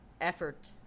effort